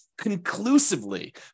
Conclusively